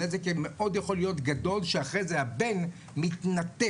הנזק יכול להיות מאוד גדול שאחרי זה הבן מתנתק